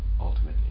ultimately